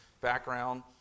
background